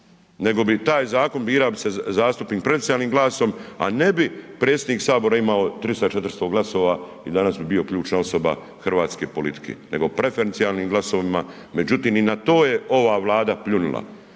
nego bi taj zakon birao, birao bi se zastupnik preferencijalnim glasom a ne bi predsjednik Sabora imao 300, 400 glasova i danas bi bio ključna osoba hrvatske politike nego preferencijalnim glasovima međutim i na to je ova Vlada pljunula.